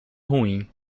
ruim